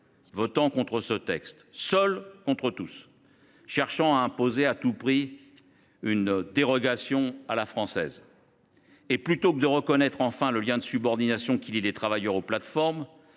votant contre ce texte, seule contre tous, cherchant à imposer à tout prix une dérogation « à la française »… Plutôt que de reconnaître enfin le lien de subordination qui lie les travailleurs aux plateformes,